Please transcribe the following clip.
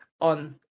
on